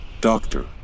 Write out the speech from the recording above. doctor